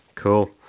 Cool